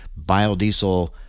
biodiesel